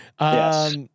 Yes